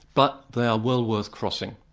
but they are well worth crossing,